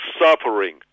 suffering